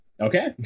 okay